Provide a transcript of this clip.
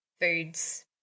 foods